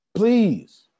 Please